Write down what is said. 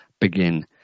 Begin